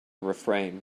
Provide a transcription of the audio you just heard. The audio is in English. refrain